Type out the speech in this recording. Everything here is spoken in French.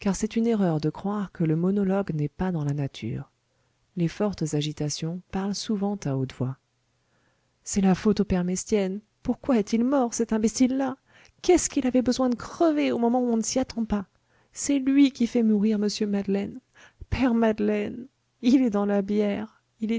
c'est une erreur de croire que le monologue n'est pas dans la nature les fortes agitations parlent souvent à haute voix c'est la faute au père mestienne pourquoi est-il mort cet imbécile là qu'est-ce qu'il avait besoin de crever au moment où on ne s'y attend pas c'est lui qui fait mourir monsieur madeleine père madeleine il est dans la bière